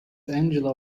angela